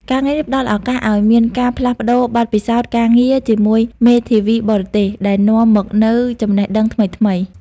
ការងារនេះផ្តល់ឱកាសឱ្យមានការផ្លាស់ប្តូរបទពិសោធន៍ការងារជាមួយមេធាវីបរទេស ដែលនាំមកនូវចំណេះដឹងថ្មីៗ។